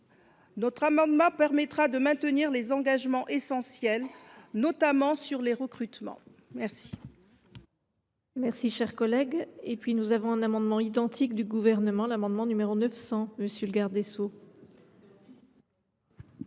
notre amendement permettra de maintenir les engagements essentiels, notamment sur les recrutements. La